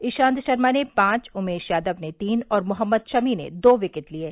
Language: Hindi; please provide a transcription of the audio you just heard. इशांत शर्मा ने पांच उमेश यादव ने तीन और मोहम्मद शमी ने दो विकेट लिये